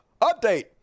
Update